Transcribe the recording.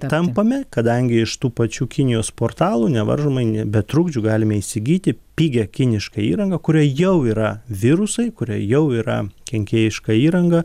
tampame kadangi iš tų pačių kinijos portalų nevaržomai ne be trukdžių galime įsigyti pigią kinišką įrangą kurioj jau yra virusai kurie jau yra kenkėjiška įranga